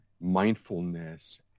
mindfulness